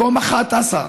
מקום 11,